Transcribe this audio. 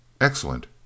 Excellent